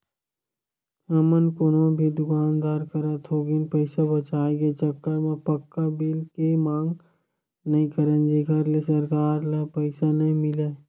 हमन कोनो भी दुकानदार करा थोकिन पइसा बचाए के चक्कर म पक्का बिल के मांग नइ करन जेखर ले सरकार ल पइसा नइ मिलय